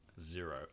Zero